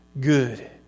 good